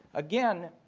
again,